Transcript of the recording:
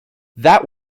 that